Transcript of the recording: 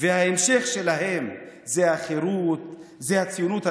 שההמשך שלהם הוא החרות, הציונות הדתית.